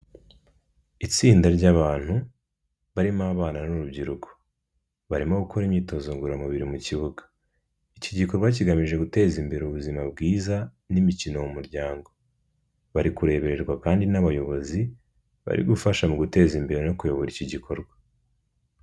Itsinda ry'abantu barimo abana n'urubyiruko, barimo gukora imyitozo ngororamubiri mu kibuga. Iki gikorwa kigamije guteza imbere ubuzima bwiza n'imikino mu muryango, bari kurebererwa kandi n'abayobozi, bari gufasha mu guteza imbere no kuyobora iki gikorwa.